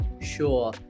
Sure